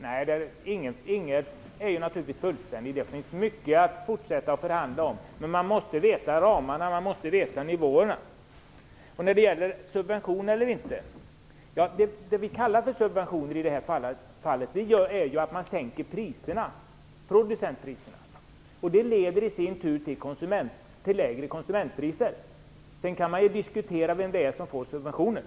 Nej, inget är naturligtvis fullständigt. Det finns mycket att fortsätta förhandla om, men man måste känna till ramarna och nivåerna. Det vi kallar subventioner i det här fallet är en sänkning av producentpriserna, som i sin tur leder till lägre konsumentpriser. Sedan kan man diskutera vem det är som får subventionen.